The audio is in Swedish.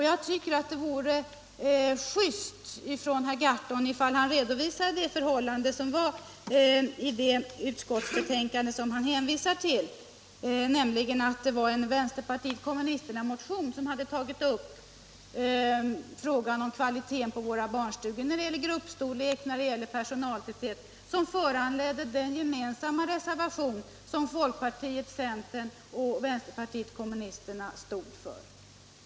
Jag tycker att det vore just om herr Gahrton redovisade det förhållande som rådde i det utskottsbetänkande han hänvisar till, nämligen att det var en vpk-motion där man hade tagit upp frågan om kvaliteten på våra barnstugor när det gäller gruppstorlek och personaltäthet som föranledde den gemensamma reservation folkpartiet, centern och vänsterpartiet kommunisterna stod för.